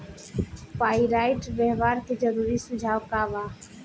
Pyrite व्यवहार के जरूरी सुझाव का वा?